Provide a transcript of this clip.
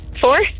Four